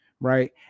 Right